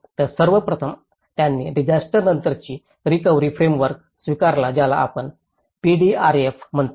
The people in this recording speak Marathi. तर सर्व प्रथम त्यांनी डिसास्टर नंतरची रिकव्हरी फ्रेमवर्क स्वीकारला ज्याला आपण पीडीआरएफ म्हणतो